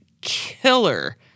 killer